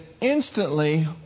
instantly